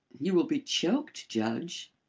you will be choked, judge.